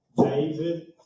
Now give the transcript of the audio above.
david